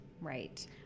Right